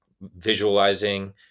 visualizing